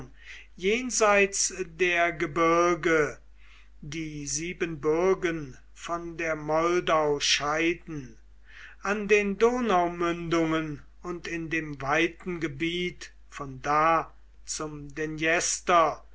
jenseits der gebirge die siebenbürgen von der moldau scheiden an den donaumündungen und in dem weiten gebiet von da zum